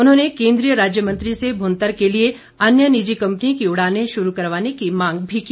उन्होंने केंद्रीय राज्य मंत्री से भुंतर के लिए अन्य निजी कंपनियों की उड़ानें शुरू करवाने की मांग भी की